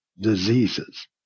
diseases